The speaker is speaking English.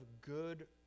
good